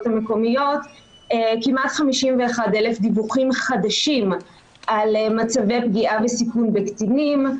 המקומיות כמעט 51,000 דיווחים חדשים על מצבי פגיעה וסיכון בקטינים,